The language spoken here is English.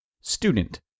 student